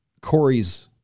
Corey's